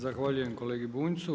Zahvaljujem kolegi Bunjcu.